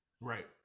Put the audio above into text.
right